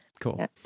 Cool